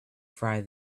fry